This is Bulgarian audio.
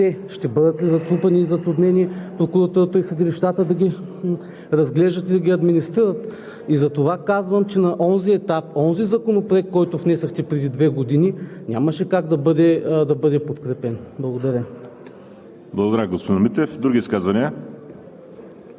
ще бъдат ли затрупани и затруднени прокуратурата и съдилищата да ги разглеждат и да ги администрират? И затова казвам, че на онзи етап, онзи законопроект, който внесохте преди две години, нямаше как да бъде подкрепен. Благодаря. ПРЕДСЕДАТЕЛ ВАЛЕРИ СИМЕОНОВ: Благодаря, господин Митев. Други изказвания?